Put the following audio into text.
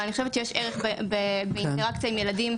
אבל אני חושבת שיש ערך באינטראקציה עם ילדים ישראלים.